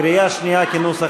כנוסח